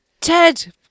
Ted